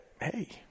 hey